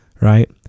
right